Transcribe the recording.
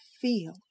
feel